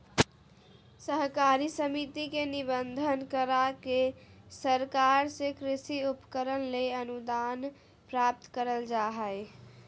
सहकारी समिति के निबंधन, करा के सरकार से कृषि उपकरण ले अनुदान प्राप्त करल जा हई